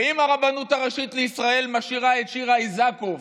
ואם הרבנות הראשית לישראל משאירה את שירה איסקוב